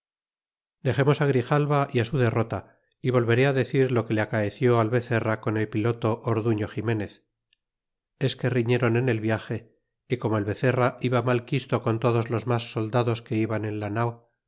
dexemos á grijalva y su derrota y volveré decir lo que le acaeció al bezerra con el piloto ortuño ximenez es que riñeron en el viaje y como el bezerra iba mal quisto con todos los mas soldados que iban en la nao